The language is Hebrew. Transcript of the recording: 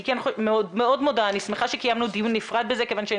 אני שמחה מאוד שקיימנו דיון נפרד בזה כיוון שאני